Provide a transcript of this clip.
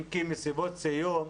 אם כי מסיבות סיום,